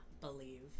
believe